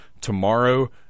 tomorrow